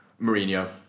Mourinho